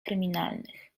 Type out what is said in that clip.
kryminalnych